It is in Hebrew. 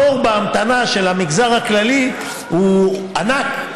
התור בהמתנה של המגזר הכללי הוא ענק.